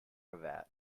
cravat